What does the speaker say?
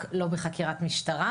ובכלל עצורים בתהליך כזה,